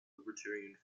libertarian